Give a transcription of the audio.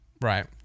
Right